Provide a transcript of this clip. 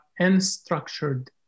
unstructured